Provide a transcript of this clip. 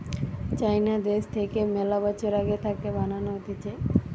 চাইনা দ্যাশ থাকে মেলা বছর আগে থাকে বানানো হতিছে